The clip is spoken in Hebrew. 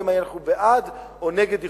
האם אנחנו בעד או נגד איחודים.